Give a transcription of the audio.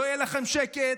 לא יהיה לכם שקט.